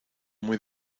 muy